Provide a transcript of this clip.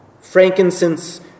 Frankincense